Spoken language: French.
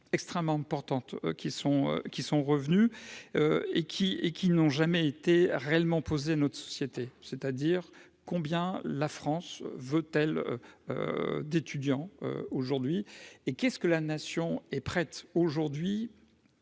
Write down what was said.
extrêmement importantes qui sont, qui sont revenus et qui, et qui n'ont jamais été réellement posées notre société, c'est-à-dire combien la France veut-elle d'étudiants aujourd'hui et qu'est-ce que la nation est prête aujourd'hui à